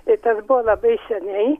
tai tas buvo labai seniai